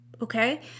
Okay